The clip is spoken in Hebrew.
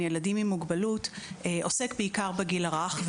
ילדים עם מוגבלות עוסק בעיקר בגיל הרך.